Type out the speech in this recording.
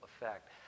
effect